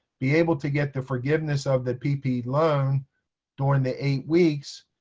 be able to get the forgiveness of the ppp loan during the eight weeks.